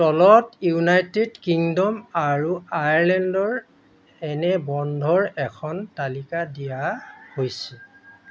তলত United Kingdom আৰু আয়াৰলেণ্ডৰ এনে বন্ধৰ এখন তালিকা দিয়া হৈছে